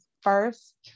first